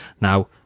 Now